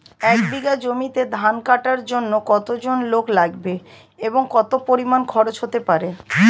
এক বিঘা জমিতে ধান কাটার জন্য কতজন লোক লাগবে এবং কত পরিমান খরচ হতে পারে?